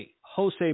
Jose